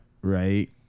right